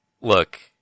look